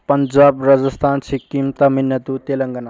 Punjab Rajasthan Sikkim Tamil Nadu Telangana